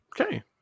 Okay